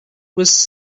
was